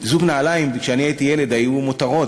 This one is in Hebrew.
זוג נעליים, כשאני הייתי ילד, היו מותרות.